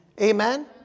Amen